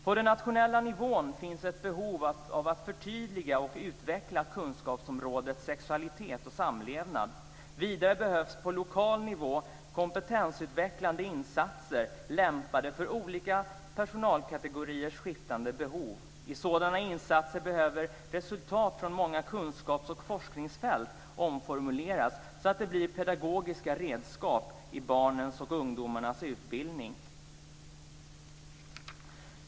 På den nationella nivån finns ett behov av att förtydliga och utveckla kunskapsområdet sexualitet och samlevnad. Vidare behövs på lokal nivå kompetensutvecklande insatser lämpade för olika personalkategoriers skiftande behov. I sådana insatser behöver resultat från många kunskaps och forskningsfält omformuleras så att de blir pedagogiska redskap i barnens och ungdomarnas utbildning.